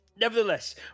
Nevertheless